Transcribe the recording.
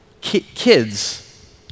Kids